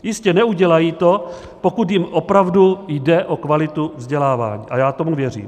Jistě, neudělají to, pokud jim opravdu je o kvalitu vzdělávání, a já tomu věřím.